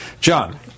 John